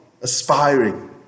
aspiring